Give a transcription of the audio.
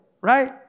right